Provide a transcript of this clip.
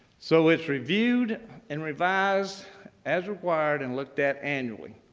so it's reviewed and revised as required and looked at annually.